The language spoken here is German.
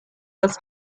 das